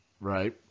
Right